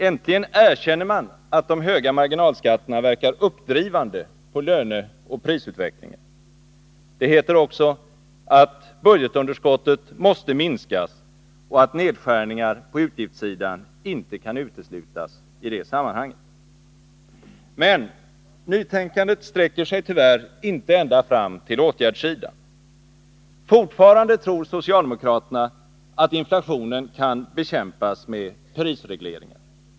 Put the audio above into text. Äntligen erkänner man att de höga marginalskatterna verkar uppdrivande på löneoch prisutveck lingen. Det heter också att budgetunderskottet måste minskas och att nedskärningar på utgiftssidan inte kan uteslutas i det sammanhanget. Men nytänkandet sträcker sig tyvärr inte ända fram till åtgärdssidan. Fortfarande tror socialdemokraterna att inflationen kan bekämpas med prisregleringar.